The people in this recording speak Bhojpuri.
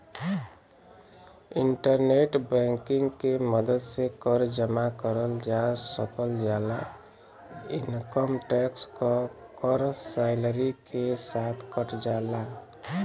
इंटरनेट बैंकिंग के मदद से कर जमा करल जा सकल जाला इनकम टैक्स क कर सैलरी के साथ कट जाला